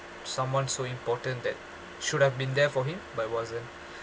someone so important that should have been there for him but wasn't